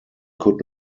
could